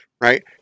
right